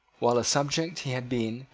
while a subject he had been,